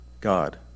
God